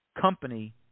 company